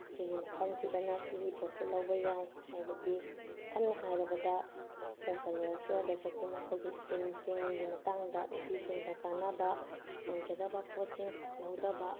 ꯁꯤꯒꯤ ꯃꯐꯝꯁꯤꯗꯅ ꯁꯤꯒꯤ ꯄꯣꯠꯁꯦ ꯂꯧꯕ ꯌꯥꯏ ꯍꯥꯏꯕꯗꯤ ꯁꯝꯅ ꯍꯥꯏꯔꯕꯗ ꯁꯣꯁꯤꯌꯦꯜ ꯋꯦꯜꯐ꯭ꯌꯥꯔꯗ ꯆꯠꯇꯨꯅ ꯑꯩꯈꯣꯏꯒꯤ ꯏꯁꯀꯤꯝꯁꯤꯡꯒꯤ ꯃꯇꯥꯡꯗ ꯅꯨꯄꯤꯁꯤꯡꯗ ꯀꯥꯟꯅꯕ ꯑꯣꯏꯒꯗꯕ ꯄꯣꯠꯁꯤꯡ ꯂꯧꯊꯕ